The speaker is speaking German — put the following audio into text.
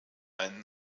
einen